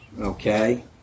okay